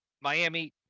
Miami